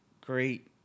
great